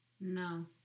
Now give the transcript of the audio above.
no